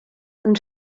and